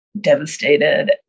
devastated